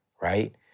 right